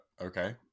Okay